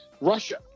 Russia